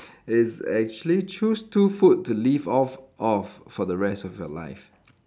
is actually choose two food to live of off the rest of your life